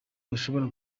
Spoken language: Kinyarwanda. badashobora